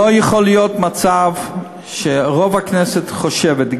לא יכול להיות מצב שרוב הכנסת חושבת,